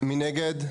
2 נגד,